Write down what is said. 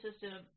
system